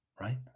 right